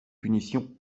punitions